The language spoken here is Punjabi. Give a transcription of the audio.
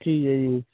ਠੀਕ ਹੈ ਜੀ